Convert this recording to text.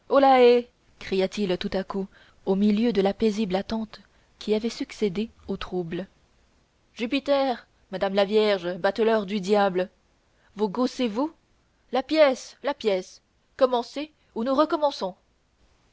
cria-t-il tout à coup au milieu de la paisible attente qui avait succédé au trouble jupiter madame la vierge bateleurs du diable vous gaussez vous la pièce la pièce commencez ou nous recommençons